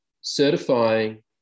certifying